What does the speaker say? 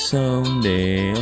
Someday